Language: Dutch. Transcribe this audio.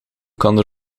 kan